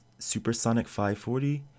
Supersonic540